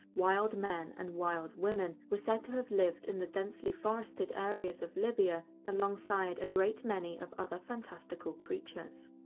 wild men, and wild women were said to have lived in the densely forested areas of libya, alongside a great many of other and creatures.